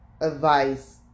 advice